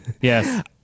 Yes